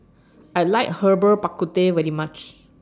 I like Herbal Bak Ku Teh very much